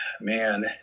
man